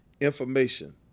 information